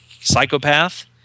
psychopath